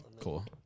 Cool